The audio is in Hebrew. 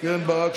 קרן ברק,